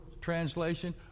translation